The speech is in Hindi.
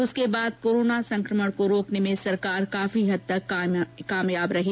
उसके बाद कोरोना संक्रमण को रोकने में सरकार काफी हद तक कामयाब रही